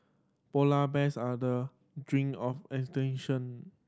polar bears are the drink of extinction